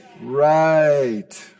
Right